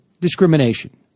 discrimination